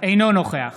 אינו נוכח